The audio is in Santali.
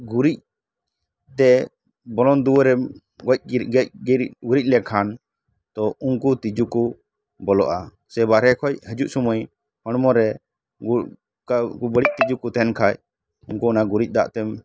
ᱜᱩᱨᱤᱡ ᱛᱮ ᱵᱚᱞᱚᱱ ᱫᱩᱣᱟᱨᱮᱢ ᱜᱚᱡ ᱜᱩᱨᱤ ᱜᱮᱡ ᱜᱤᱨᱤ ᱜᱩᱨᱤᱡ ᱞᱮᱠᱷᱟᱱ ᱛᱚ ᱩᱝᱠᱩ ᱛᱤᱡᱩ ᱠᱚ ᱵᱚᱞᱚᱜᱼᱟ ᱥᱮ ᱵᱟᱨᱦᱮ ᱠᱷᱚᱡ ᱦᱤᱡᱩᱜ ᱥᱩᱢᱟᱹᱭ ᱦᱚᱲᱢᱚ ᱨᱮ ᱜᱩᱜ ᱠᱟᱣ ᱩᱱᱠᱩ ᱵᱟᱲᱤᱡ ᱛᱤᱡᱩ ᱠᱚ ᱛᱟᱦᱮᱸᱱ ᱠᱷᱟᱡ ᱩᱱᱠᱩ ᱚᱱᱟ ᱜᱩᱨᱤᱡ ᱫᱟᱜ ᱛᱮᱢ